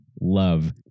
Love